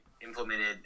implemented